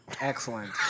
excellent